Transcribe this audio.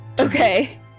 Okay